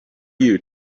you